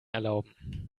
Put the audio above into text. erlauben